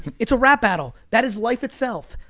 it's a rap battle. that is life itself.